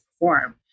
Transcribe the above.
perform